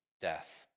death